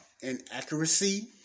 inaccuracy